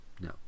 No